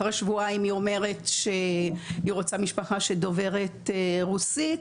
אחרי שבועיים היא אומרת שהיא רוצה משפחה שדוברת רוסית,